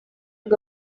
ngo